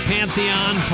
Pantheon